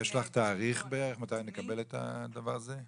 יש לך תאריך מתי נקבל את הדבר הזה?